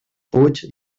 puig